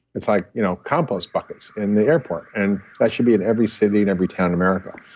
it's like you know compost buckets in the airport, and that should be in every city and every town in america.